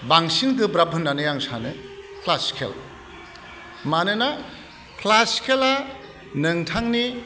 बांसिन गोब्राब होननानै आं सानो क्लासिकेल मानोना क्लासिकेला नोंथांनि